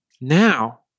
now